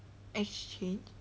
exchange